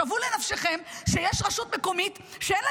שוו בנפשכם שיש רשות מקומית שאין לה